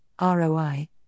ROI